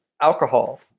alcohol